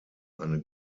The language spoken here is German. eine